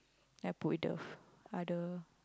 then I put with the f~ other